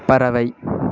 பறவை